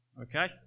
okay